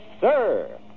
sir